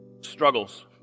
struggles